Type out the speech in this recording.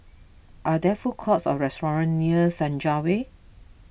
are there food courts or restaurants near Senja Way